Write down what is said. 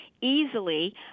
easily